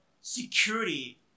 security